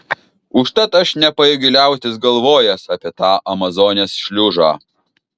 užtat aš nepajėgiu liautis galvojęs apie tą amazonės šliužą